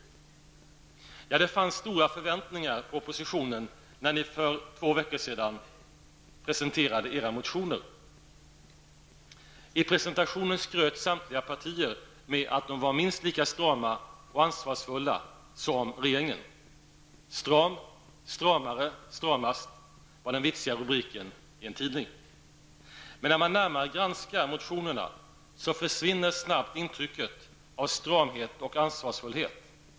Det fanns stora förväntningar på oppositionen när ni för två veckor sedan presenterade era motioner. I presentationen skröt samtliga partier med att de var minst lika strama och ansvarsfulla som regeringen. ''Stram, stramare, stramast'', var den vitsiga rubriken i en tidning. När man närmare granskar motionerna försvinner emellertid intrycket av stramhet och ansvarsfullhet.